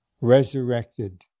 resurrected